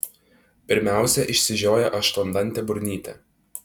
pirmiausia išsižioja aštuondantė burnytė